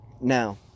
Now